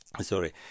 sorry